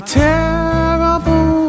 terrible